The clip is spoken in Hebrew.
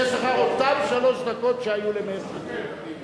יש לך אותן שלוש דקות שהיו למאיר שטרית.